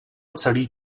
celý